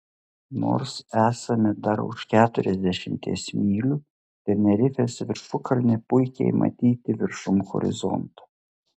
nors esame dar už keturiasdešimties mylių tenerifės viršukalnė puikiai matyti viršum horizonto